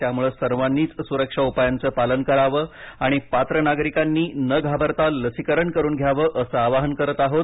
त्यामुळे सर्वांनीच सुरक्षा उपायांचं पालन करावं आणि पात्र नागरिकांनी न घाबरता लसीकरण करून घ्यावं असं आवाहन करत आहोत